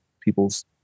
people's